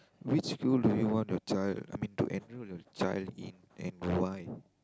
which field do you want to join I mean to enrol or join in and why